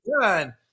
done